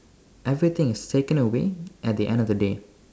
everything is taken away at the end of the day